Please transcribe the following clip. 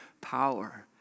power